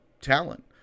talent